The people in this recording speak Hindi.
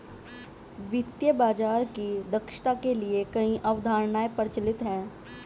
वित्तीय बाजार की दक्षता के लिए कई अवधारणाएं प्रचलित है